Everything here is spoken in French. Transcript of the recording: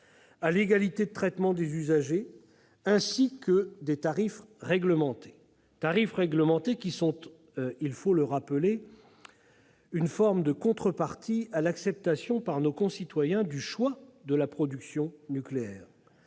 de l'égalité de traitement des usagers, ainsi que des tarifs réglementés, lesquels sont, il faut le rappeler, une forme de contrepartie à l'acceptation par nos concitoyens du choix de la production nucléaire.